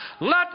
Let